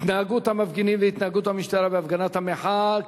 התנהגות המפגינים והתנהגות המשטרה בהפגנות המחאה.